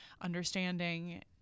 understanding